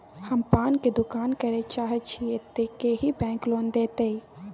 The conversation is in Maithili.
हम पान के दुकान करे चाहे छिये ते की बैंक लोन देतै?